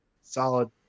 Solid